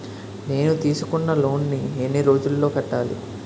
నేను తీసుకున్న లోన్ నీ ఎన్ని రోజుల్లో కట్టాలి?